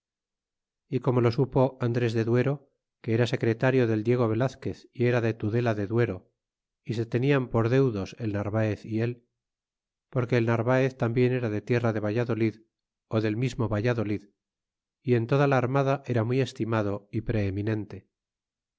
y como lo supo andres de duero que era secretario del diego velazquez y era de tudela de duero y se tenian por deudos el narvaez y él porque el narvaez tambien era de tierra de valladolid ó del mismo valladolid y en toda la armada era muy estimado é preeminente